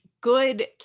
good